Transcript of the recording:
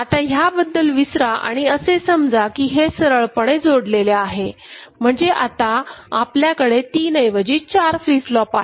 आता ह्याबद्दल विसरा आणि असे समजा की हे सरळपणे जोडलेले आहे म्हणजे आता आपल्याकडे तीन ऐवजी ४ फ्लिपफ्लोप आहेत